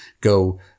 go